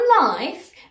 life